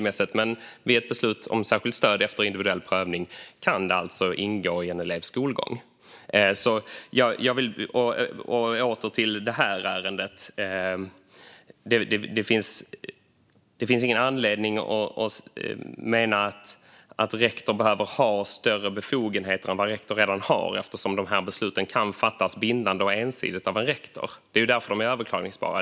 Men vid ett beslut om särskilt stöd efter individuell prövning kan det alltså ingå i en elevs skolgång. Jag vill återgå till det här ärendet. Det finns ingen anledning att rektor behöver ha större befogenheter än rektor redan har. De här besluten kan fattas bindande och ensidigt av en rektor. Det är därför de är överklagningsbara.